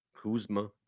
Kuzma